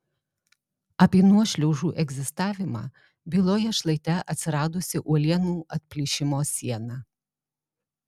apie nuošliaužų egzistavimą byloja šlaite atsiradusi uolienų atplyšimo siena